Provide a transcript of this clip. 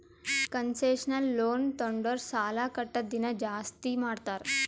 concessional loan ತೊಂಡುರ್ ಸಾಲಾ ಕಟ್ಟದ್ ದಿನಾ ಜಾಸ್ತಿ ಮಾಡ್ತಾರ್